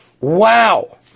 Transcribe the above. Wow